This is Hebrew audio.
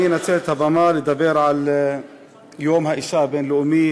אני אנצל את הבמה לדבר על יום האישה הבין-לאומי,